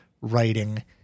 writing